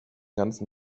ganzen